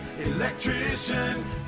electrician